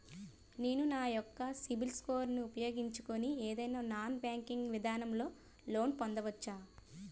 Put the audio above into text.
నేను నా యెక్క సిబిల్ స్కోర్ ను ఉపయోగించుకుని ఏదైనా నాన్ బ్యాంకింగ్ విధానం లొ లోన్ పొందవచ్చా?